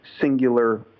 singular